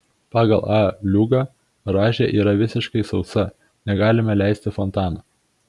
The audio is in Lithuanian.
pagal a liugą rąžė yra visiškai sausa negalime leisti fontano